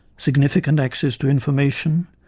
significant access to information,